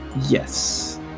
yes